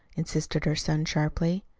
insisted her son sharply.